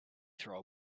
throw